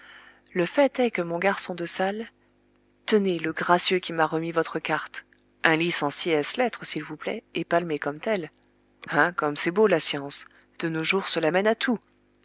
le fait est que mon garçon de salle tenez le gracieux qui m'a remis votre carte un licencié ès lettres s'il vous plaît et palmé comme tel hein comme c'est beau la science de nos jours cela mène à tout